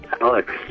Alex